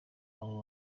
abo